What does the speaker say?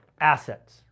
assets